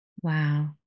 Wow